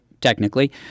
technically